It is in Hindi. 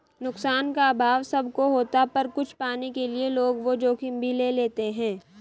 नुकसान का अभाव सब को होता पर कुछ पाने के लिए लोग वो जोखिम भी ले लेते है